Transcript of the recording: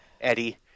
Eddie